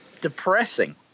depressing